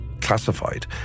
classified